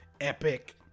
epic